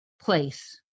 place